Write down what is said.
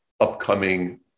upcoming